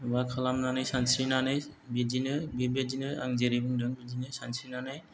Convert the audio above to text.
माबा खालामनानै सानस्रिनानै बिदिनो बेबादिनो आं जेरै बुंदों बिदिनो सानस्रिनानै